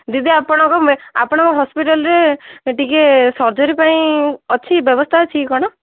ଦିଦି ଆପଣଙ୍କ ମେ ଆପଣଙ୍କର ହସ୍ପିଟାଲରେ ଟିକେ ସର୍ଜରୀ ପାଇଁ ଅଛି ବ୍ୟବସ୍ଥା ଅଛି କି କ'ଣ